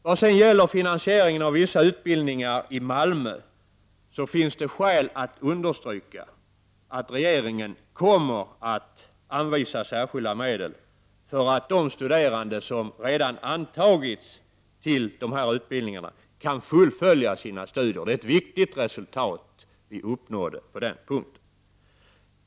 Vad sedan gäller finansieringen av vissa utbildningar i Malmö finns det skäl att understryka att regeringen kommer att anvisa särskilda medel för att de studerande som redan har antagits till dessa utbildningar kan fullfölja sina studier. Det är ett viktigt resultat som har uppnåtts på den punkten.